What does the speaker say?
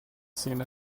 seen